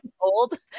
old